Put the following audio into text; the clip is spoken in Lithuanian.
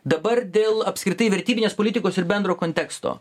dabar dėl apskritai vertybinės politikos ir bendro konteksto